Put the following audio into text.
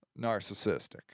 narcissistic